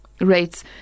rates